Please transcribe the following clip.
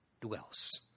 dwells